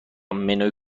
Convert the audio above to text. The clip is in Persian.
منوی